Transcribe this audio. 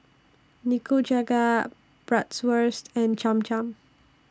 Nikujaga Bratwurst and Cham Cham